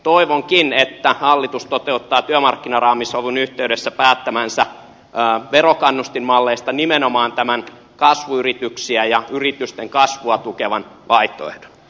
toivonkin että hallitus toteuttaa työmarkkinaraamisovun yhteydessä päättämistään verokannustinmalleista nimenomaan tämän kasvuyrityksiä ja yritysten kasvua tukevan vaihtoehdon